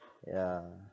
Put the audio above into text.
yeah